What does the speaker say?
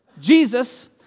Jesus